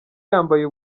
yambaye